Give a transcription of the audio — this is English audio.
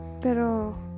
pero